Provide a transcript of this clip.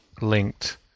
linked